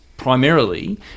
Primarily